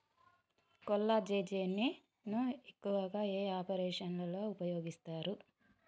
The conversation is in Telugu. కొల్లాజెజేని ను ఎక్కువగా ఏ ఆపరేషన్లలో ఉపయోగిస్తారు?